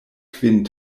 kvin